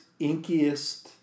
inkiest